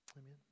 Amen